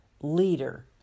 leader